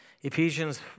Ephesians